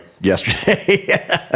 yesterday